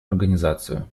организацию